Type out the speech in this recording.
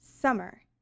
Summer